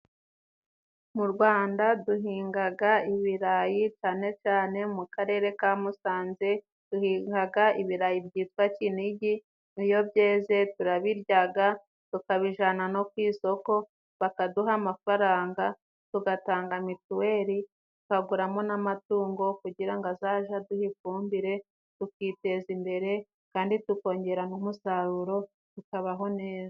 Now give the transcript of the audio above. Mu Rwanda duhingaga ibirayi cyane cyane mu karere ka musanze. Duhingaga ibirayi byitwa Kinigi. Iyo byeze turabiryaga tukabijana no ku isoko bakaduha amafaranga tugatanga mituweli, tukaguramo n'amatungo kugira ngo azaje aduha ifumbire, tukiteza imbere kandi tukongera umusaruro, tukabaho neza.